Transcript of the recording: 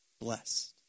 blessed